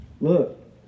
look